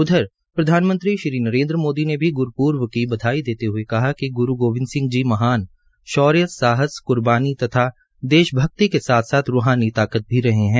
उधर प्रधानमंत्री श्री नरेन्द्र मोदी ने भी ग्रपर्व की बधाई देते हये कहा कि ग्रू गोबिंद सिंह जी महान शौर्य साहस क्बार्नी तथा देशभक्ति के साथ साथ रूहानी ताकत भी रहे है